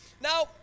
Now